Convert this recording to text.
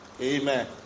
Amen